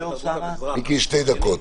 מיקי, שתי דקות.